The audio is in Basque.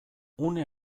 une